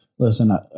Listen